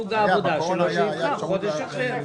סוג העבודה לבחור חודש אחר.